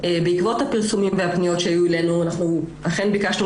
בעקבות הפרסומים והפניות שהיו אלינו אנחנו אכן ביקשנו